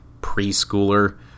preschooler